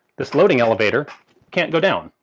this loading elevator can't go down.